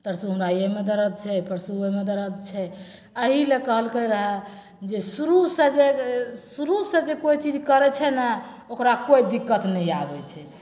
तरसु हमरा एहिमे दरद छै परसु हमरा ओहिमे दरद छै एहि लए कहलकै रहऽ जे शुरु सँ जे शुरू से जे कोइ चीज करै छै ने ओकरा कोइ दिक्कत नहि आबै छै